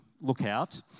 lookout